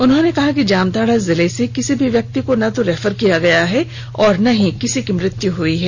उन्होंने कहा कि जामताड़ा जिले से किसी भी व्यक्ति को ना तो रेफर किया गया है और ना ही किसी की मृत्यु हुई है